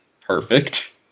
perfect